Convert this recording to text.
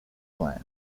plan